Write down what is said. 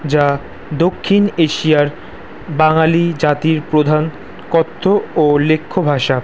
যা দক্ষিণ এশিয়ার বাঙালি জাতির প্রধান কথ্য ও লেখ্য ভাষা